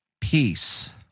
Peace